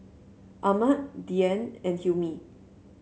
Ahmad Dian and Hilmi